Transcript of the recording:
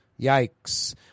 Yikes